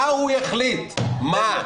מה הוא יחליט, מה?